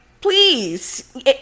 please